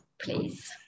please